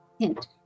hint